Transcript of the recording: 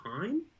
time